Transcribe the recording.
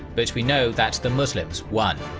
but we know that the muslims won.